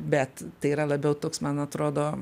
bet tai yra labiau toks man atrodo